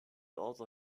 also